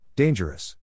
Dangerous